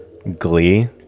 Glee